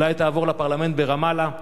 אולי תעבור לפרלמנט ברמאללה.